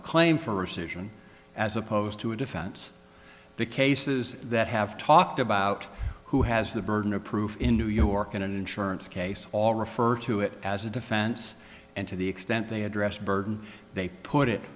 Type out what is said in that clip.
a claim for recision as opposed to a defense the cases that have talked about who has the burden of proof in new york in an insurance case all refer to it as a defense and to the extent they address burden they put it